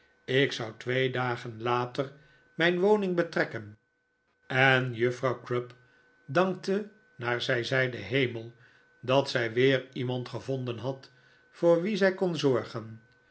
ik zou twee dagen later mijn woning betrekken en juffrouw crupp dankdavid copperfiexd te naar zij zei den hemel dat zij weer iemand gevonden had voor wien zij kon zorgen